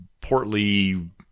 portly